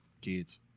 kids